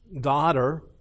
daughter